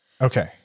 Okay